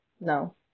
No